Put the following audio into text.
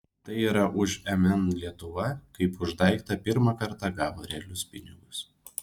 tai yra už mn lietuva kaip už daiktą pirmą kartą gavo realius pinigus